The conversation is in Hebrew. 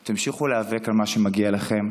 תמשיכו להיאבק על מה שמגיע לכם.